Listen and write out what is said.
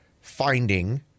finding